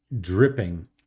dripping